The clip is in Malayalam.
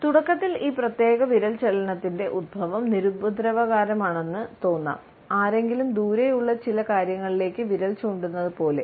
തുടക്കത്തിൽ ഈ പ്രത്യേക വിരൽ ചലനത്തിന്റെ ഉത്ഭവം നിരുപദ്രവകരമാണെന്ന് തോന്നാം ആരെങ്കിലും ദൂരെയുള്ള ചില കാര്യങ്ങളിലേക്ക് വിരൽ ചൂണ്ടുന്നത് പോലെ